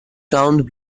round